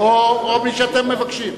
או מי שאתם מבקשים.